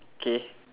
K